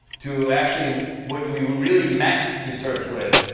to actually what we we really meant to search with,